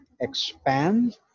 expand